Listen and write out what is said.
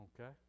Okay